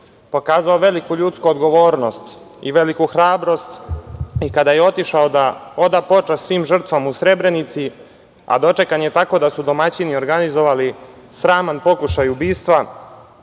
pokazao veliku ljudsku odgovornost i veliku hrabrost i kada je otišao da oda počast svih žrtvama u Srebrenici, a dočekan je tako da su domaćini organizovali sraman pokušaj ubistva. Prošlo